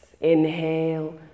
inhale